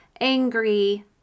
angry